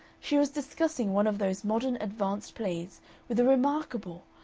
she was discussing one of those modern advanced plays with a remarkable,